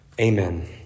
amen